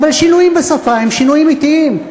אבל שינויים בשפה הם שינויים אטיים.